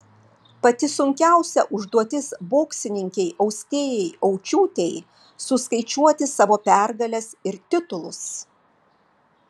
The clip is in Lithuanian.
pati sunkiausia užduotis boksininkei austėjai aučiūtei suskaičiuoti savo pergales ir titulus